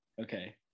okay